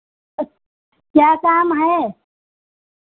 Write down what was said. क्या काम है